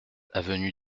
avenue